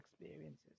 experiences